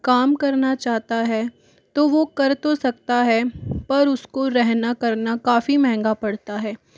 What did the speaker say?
काम करना चाहता है तो वो कर तो सकता है पर उसको रहना करना काफ़ी महँगा पड़ता है